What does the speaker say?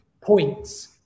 points